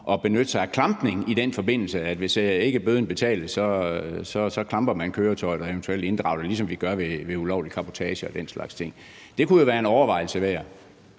at benytte sig af klampning i den forbindelse, at hvis ikke bøden betales, klamper man køretøjet og inddrager det eventuelt, ligesom vi gør det ved ulovlig cabotage og den slags ting. Det kunne jo være en overvejelse værd.